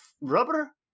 rubber